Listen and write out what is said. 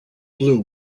blue